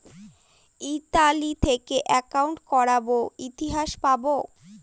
Italy থেকে accounting করাবো ইতিহাস পাবো